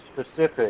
specific